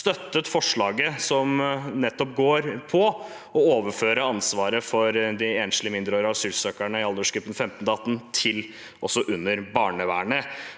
støttet forslaget, som nettopp går ut på å overføre ansvaret for de enslige mindreårige asylsøkerne i aldersgruppen 15–18 år til barnevernet.